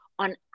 on